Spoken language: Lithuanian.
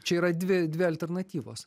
čia yra dvi dvi alternatyvos